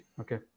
Okay